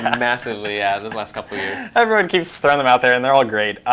massively yeah, those last couple yeah everyone keeps throwing them out there, and they're all great.